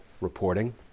reporting